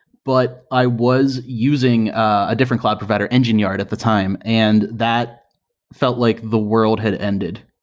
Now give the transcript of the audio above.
but i was using a different cloud provider, engine yard at the time, and that felt like the world had ended.